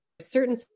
certain